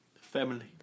Family